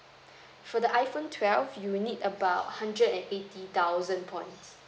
for the iphone twelve you'll need about hundred and eighty thousand points